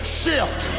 shift